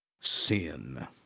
Sin